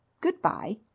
Goodbye